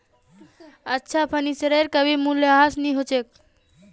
अच्छा फर्नीचरेर कभी मूल्यह्रास नी हो छेक